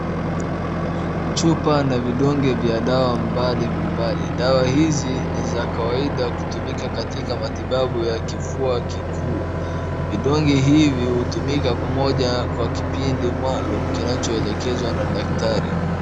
Chupa na vidonmge vya dawa mbalimbali. Dawa hizi ni za kawaida kutumika katika matibabu ya kifua kikuu. Vidonge hivi hutumika pamoja kwa kipindi maalum kinachoelekezwa na daktari.